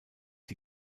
die